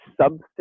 substance